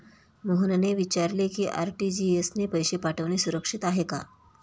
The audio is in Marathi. मोहनने विचारले की आर.टी.जी.एस ने पैसे पाठवणे सुरक्षित आहे का?